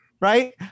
Right